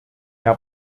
herr